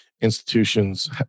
institutions